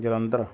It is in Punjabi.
ਜਲੰਧਰ